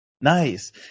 Nice